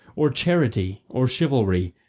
or charity or chivalry,